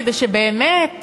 כדי שבאמת